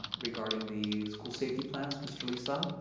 regarding the school safety plans. mr lee-sung.